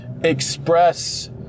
express